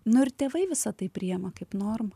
nu ir tėvai visa tai priima kaip normą